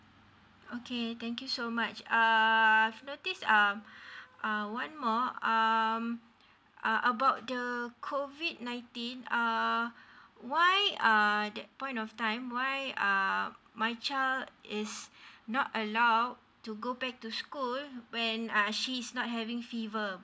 okay thank you so much uh I've noticed um uh one more um about the COVID nineteen uh why are that point of time why are my child is not allowed to go back to school when uh she's not having fever